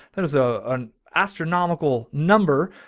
that is a, an astronomical number.